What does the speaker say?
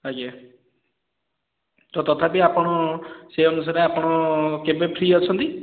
ଆଜ୍ଞା ତ ତଥାପି ଆପଣ ସେ ଅନୁସାରେ ଆପଣ କେବେ ଫ୍ରୀ ଅଛନ୍ତି